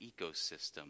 ecosystem